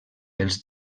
els